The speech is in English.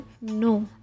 No